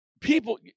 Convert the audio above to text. people